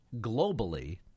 globally